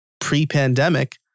pre-pandemic